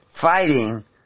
fighting